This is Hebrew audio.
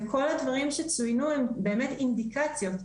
וכל הדברים שצויינו הם באמת אינדיקציות.